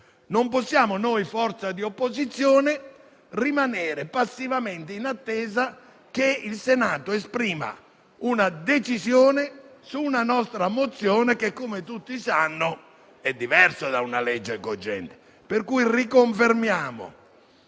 del Governo - noi, forza di opposizione, dobbiamo rimanere passivamente in attesa che il Senato esprima una decisione su una nostra mozione che - come tutti sanno - è diversa da una legge cogente. Pertanto, riconfermiamo